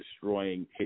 destroying